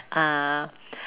uh